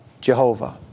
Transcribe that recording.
Jehovah